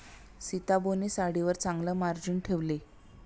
सीताबोने साडीवर चांगला मार्जिन ठेवले